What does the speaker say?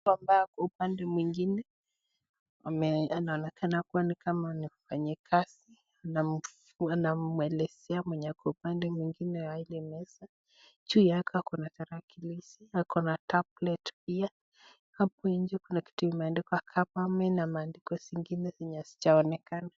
Mtu ambaye ako upande mwingine. Aanaonekana kuwa ni kama ni mfanyi kazi. Anamwelezea mwenye ako upande mwingine wa hii meza. Juu yake ako na tarakilishi, ako na tablet pia. Hapo nje kuna kitu imeandikwa government na maandiko zingine zenye hazijaonekana.